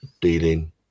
dealing